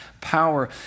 power